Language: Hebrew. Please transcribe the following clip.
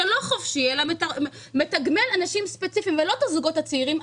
שאינו חופשי ומתגמל אנשים ספציפיים ולא את הזוגות הצעירים,